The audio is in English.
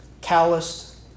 calloused